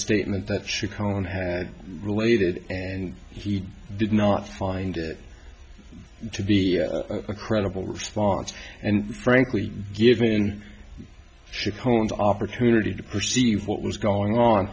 statement that should come on related and he did not find it to be a credible response and frankly given chicago an opportunity to perceive what was going on